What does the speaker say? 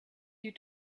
you